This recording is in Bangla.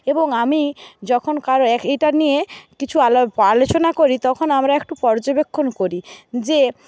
এবং আমি যখন এটা নিয়ে কিছু আলোচনা করি তখন আমরা একটু পর্যবেক্ষণ করি যে